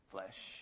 Flesh